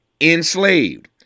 enslaved